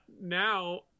Now